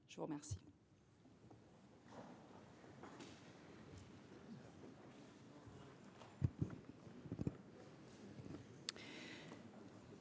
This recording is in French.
Je vous remercie.